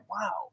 wow